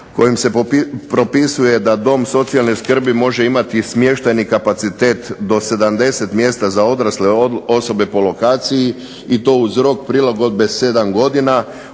kojim se propisuje da Dom socijalne skrbi može imati smještajni kapacitet do 70 mjesta za odrasle osobe po lokaciji i to uz rok prilagodbe 7 godina